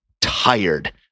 tired